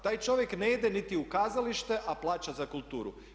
Taj čovjek ne ide niti u kazalište, a plaća za kulturu.